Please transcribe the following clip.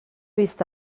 vist